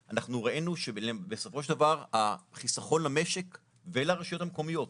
אנחנו הראינו שבסופו של דבר החיסכון למשק ולרשויות המקומיות,